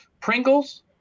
Pringles